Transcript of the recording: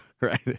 Right